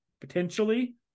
potentially